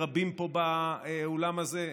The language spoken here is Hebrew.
ורבים פה באולם הזה,